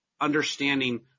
understanding